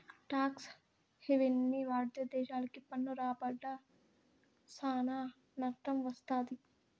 talks హెవెన్ని వాడితే దేశాలకి పన్ను రాబడ్ల సానా నట్టం వత్తది